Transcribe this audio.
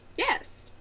Yes